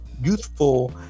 youthful